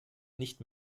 nicht